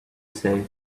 say